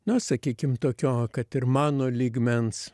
na sakykim tokio kad ir mano lygmens